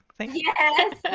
Yes